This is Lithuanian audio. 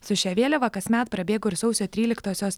su šia vėliava kasmet prabėgu ir sausio tryliktosios